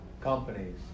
companies